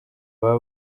baba